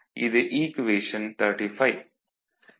இது ஈக்குவேஷன் 35